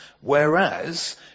whereas